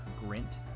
Grint